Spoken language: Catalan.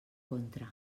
contra